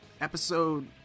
episode